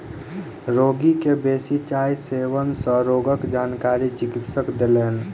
रोगी के बेसी चाय सेवन सँ रोगक जानकारी चिकित्सक देलैन